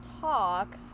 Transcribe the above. talk